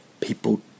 people